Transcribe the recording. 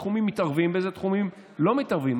באיזה תחומים מתערבים ובאיזה תחומים לא מתערבים,